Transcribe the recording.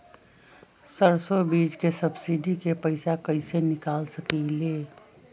सरसों बीज के सब्सिडी के पैसा कईसे निकाल सकीले?